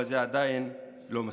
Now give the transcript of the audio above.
אבל זה עדיין לא מספיק.